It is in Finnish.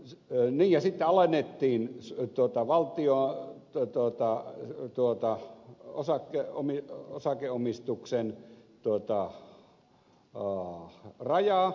se on niin sitä ajettiin soitolta valtiolle ei tuota alennettiin valtion osakeomistuksen rajaa